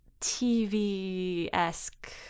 tv-esque